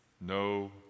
No